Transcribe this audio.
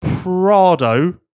Prado